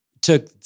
took